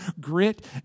Grit